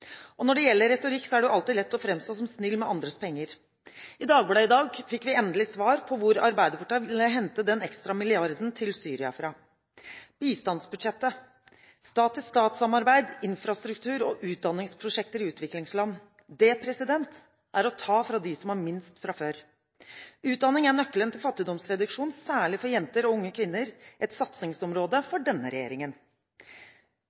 Når det gjelder retorikk, er det alltid lett å framstå som snill med andres penger. I Dagbladet i dag fikk vi endelig svar på hvor Arbeiderpartiet ville hente den ekstra milliarden til Syria fra: bistandsbudsjettet, stat-til-stat-samarbeid, infrastruktur og utdanningsprosjekter i utviklingsland. Det er å ta fra dem som har minst fra før. Utdanning er nøkkelen til fattigdomsreduksjon, særlig for jenter og unge kvinner, et satsingsområde